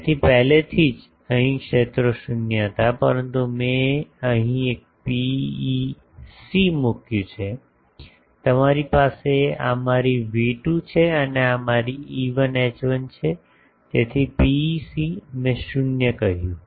તેથી પહેલેથી જ અહીં ક્ષેત્રો શૂન્ય હતા પરંતુ મેં અહીં એક પીઈસી મૂક્યું છે તમારી પાસે આ મારી V2 છે અને આ મારી E1 H1 છે તેથી પીઇસી મેં શૂન્ય કહ્યું